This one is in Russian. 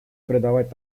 придавать